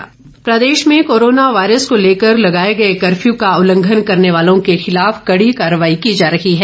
police प्रदेश में corona virus को लेकर लगाई गए कफ़र्यू का उल्लंघन करने वालों के खिलाफ कड़ी कार्रवाई की जा रही है